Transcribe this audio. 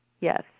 Yes